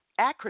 acronym